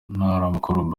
ntaramakuru